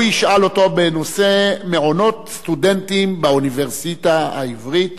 והוא ישאל אותו בנושא: הקמת מעונות סטודנטים באוניברסיטה העברית,